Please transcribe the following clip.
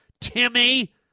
Timmy